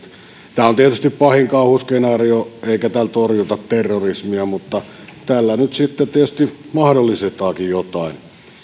tämä on tietysti pahin kauhuskenaario eikä tällä torjuta terrorismia mutta tällä nyt sitten tietysti mahdollistetaankin jotain